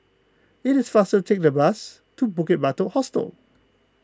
it is faster to take the bus to Bukit Batok Hostel